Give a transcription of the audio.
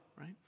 right